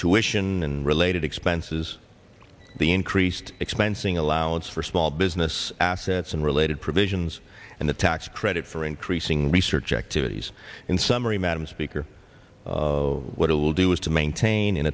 tuitions and related expenses the increased expensing allowance for small business assets and related provisions and the tax credit for increasing research activities in summary madam speaker what it will do is to maintain in